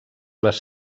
les